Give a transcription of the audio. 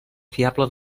fiable